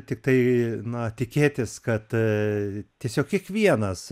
tiktai na tikėtis kad tiesiog kiekvienas